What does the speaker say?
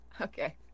okay